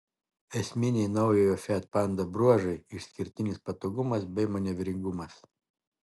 esminiai naujojo fiat panda bruožai išskirtinis patogumas bei manevringumas